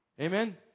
Amen